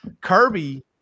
Kirby